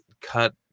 cut